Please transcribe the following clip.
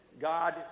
God